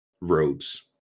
robes